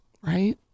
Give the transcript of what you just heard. Right